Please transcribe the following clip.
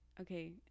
Okay